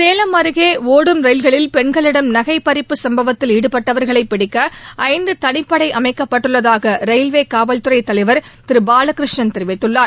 சேலம் அருகே ஓடும் ரயில்களில் பெண்களிடம் நகை பறிப்பு சம்பவத்தில் ஈடுபட்டவர்களை பிடிக்க ஐந்து தனிப்படை அமைக்கப்பட்டுள்ளதாக ரயில்வே காவல்துறை தலைவர் திரு பாலகிருஷ்ணன் தெரிவித்துள்ளார்